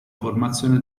formazione